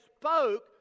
spoke